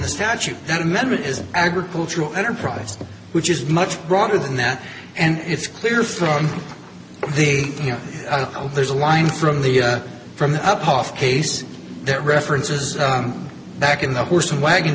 the statute that amendment is an agricultural enterprise which is much broader than that and it's clear from the you know there's a line from the from the up off case that references back in the horse and wagon